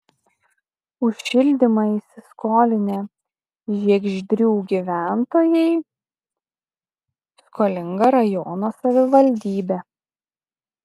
už šildymą įsiskolinę žiegždrių gyventojai skolinga rajono savivaldybė